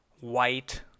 white